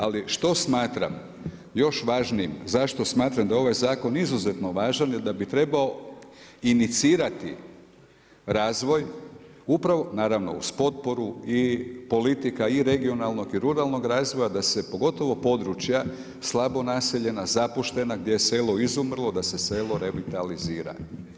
Ali što smatram još važnijim, zašto smatram da je ovaj zakon izuzetno važan jer da bi trebao inicirati razvoj upravo naravno uz potporu i politika i regionalnog i ruralnog razvoja da se pogotovo područja slabo naseljena, zapuštena, gdje je selo izumrlo, da se selo revitalizira.